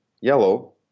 yellow